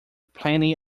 plenty